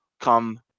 come